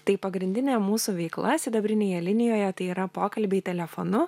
tai pagrindinė mūsų veikla sidabrinėje linijoje tai yra pokalbiai telefonu